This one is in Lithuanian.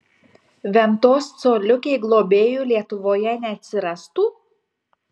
ventos coliukei globėjų lietuvoje neatsirastų